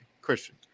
Christian